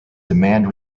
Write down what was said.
demand